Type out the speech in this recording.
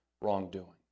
wrongdoing